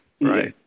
Right